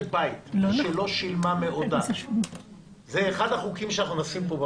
בית שלא שילמה מעודה זה אחד החוקים שאנחנו עושים פה,